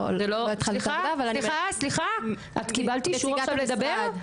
סליחה, סליחה, את קיבלת אישור לדבר ?